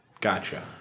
Gotcha